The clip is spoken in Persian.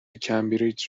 کمبریج